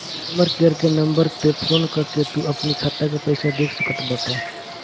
customer care के number पअ phone कअ के तू अपनी खाता के पईसा देख सकत बटअ